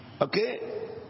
Okay